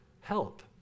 help